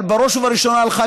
אבל בראש ובראשונה לך,